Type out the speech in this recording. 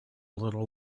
little